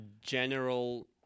general